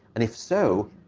and if so,